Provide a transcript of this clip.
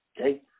Okay